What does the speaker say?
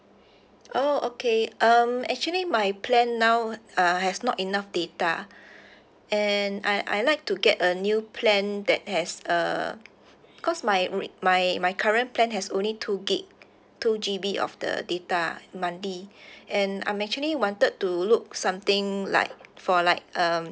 oh okay um actually my plan now uh has not enough data and I I'd like to get a new plan that has uh cause my my my current plan has only two gig two G_B of the data monthly and I'm actually wanted to look something like for like um